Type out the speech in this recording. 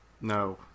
No